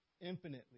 infinitely